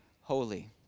holy